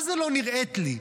מה זה לא נראית לי?